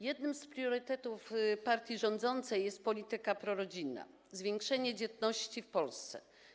Jednym z priorytetów partii rządzącej jest polityka prorodzinna, zwiększenie dzietności w Polsce.